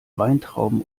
weintrauben